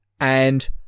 and-